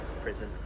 prison